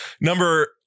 Number